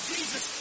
Jesus